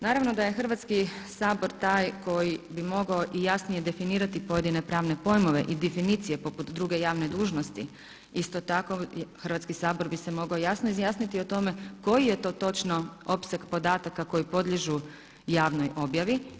Naravno da je Hrvatski sabor taj koji bi mogao i jasnije definirati pojedine pravne pojmove i definicije poput druge javne dužnosti, isto tako Hrvatski sabor bi se mogao jasno izjasniti o tome koji je to točno opseg podataka koji podliježu javnoj objavi?